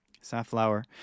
Safflower